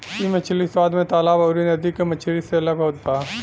इ मछरी स्वाद में तालाब अउरी नदी के मछरी से अलग होत बा